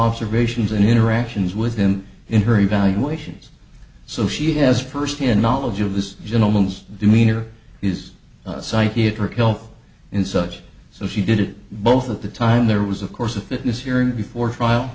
observations and interactions with him in her evaluations so she has firsthand knowledge of this gentleman's demeanor he's psychiatric health in such so she did it both at the time there was of course a fitness hearing before trial